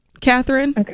Catherine